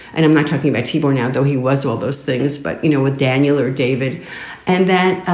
and i'm not talking about t-ball now, though. he was all those things. but, you know, with daniel or david and that ah